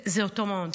זה אותו מעון.